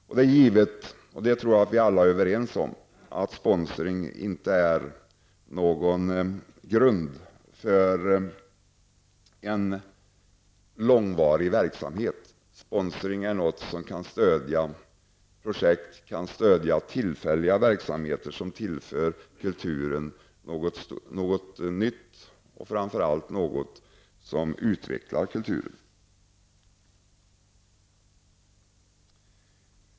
Jag tror att vi alla är överens om att sponsring inte skall utgöra grunden för en långsiktig verksamhet. Sponsring skall kunna stödja tillfälliga verksamheter eller projekt som tillför kulturen någonting nytt och utvecklar kulturen.